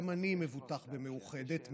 גם אני מבוטח במאוחדת,